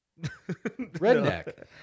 Redneck